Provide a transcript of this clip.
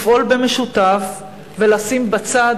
לפעול במשותף ולשים בצד,